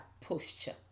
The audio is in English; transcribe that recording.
posture